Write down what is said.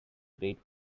great